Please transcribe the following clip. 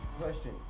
Question